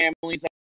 families